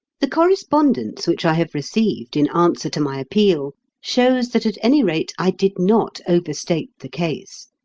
the correspondence which i have received in answer to my appeal shows that at any rate i did not overstate the case.